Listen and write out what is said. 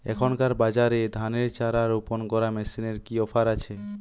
এখনকার বাজারে ধানের চারা রোপন করা মেশিনের কি অফার আছে?